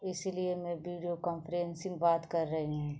इसीलिए मैं video conferencing बात कर रही हूँ